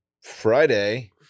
Friday